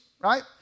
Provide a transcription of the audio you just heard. right